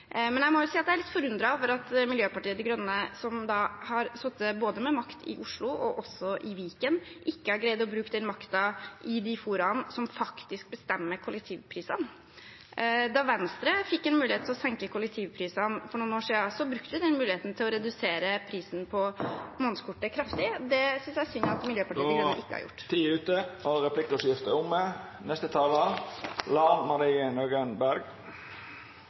Men jeg må jo si at jeg er litt forundret over at Miljøpartiet De Grønne, som har sittet med makt både i Oslo og i Viken, ikke har greid å bruke den makten i de foraene som faktisk bestemmer kollektivprisene. Da Venstre fikk en mulighet til å senke kollektivprisene for noen år siden, brukte vi den muligheten til å redusere prisen på månedskortet kraftig. Det synes jeg er synd at Miljøpartiet De Grønne ikke har gjort. Replikkordskiftet er omme.